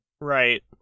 Right